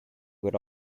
would